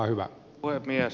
arvoisa puhemies